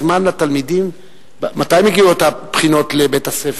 מתי מגיעות הבחינות לבית-הספר?